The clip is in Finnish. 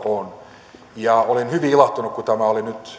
on olin hyvin ilahtunut kun tämä oli nyt